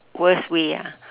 worst way ah